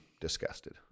disgusted